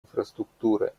инфраструктура